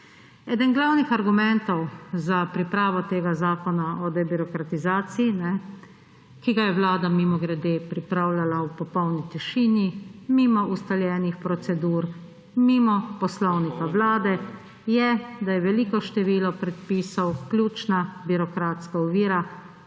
Eden glavnih argumentov za pripravo tega zakona o debirokratizaciji, ki ga je Vlada, mimogrede, pripravljala v popolni tišini, mimo ustaljenih procedur, mimo Poslovnika Vlade, je, da je veliko število predpisov ključna birokratska ovira,